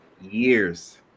years